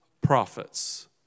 prophets